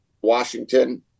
Washington